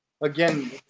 again